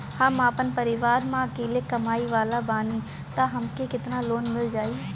हम आपन परिवार म अकेले कमाए वाला बानीं त हमके केतना लोन मिल जाई?